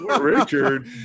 Richard